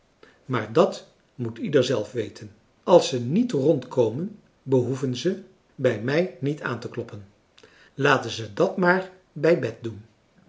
maar dat moet ieder zelf weten als ze niet rondkomen behoeven ze bij mij niet aan te kloppen laten ze dat maar bij bet doen